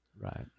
right